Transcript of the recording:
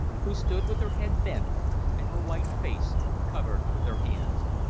who stood with her head bent and her white face covered with her hands.